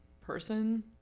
Person